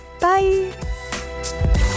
Bye